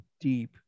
deep